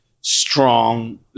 strong